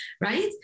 right